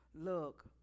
look